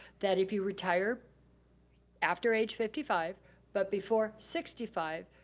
that if you retire after age fifty five but before sixty five,